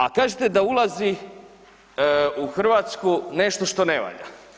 A kažete da ulazi u Hrvatsku nešto što ne valja?